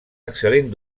excel·lent